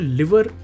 liver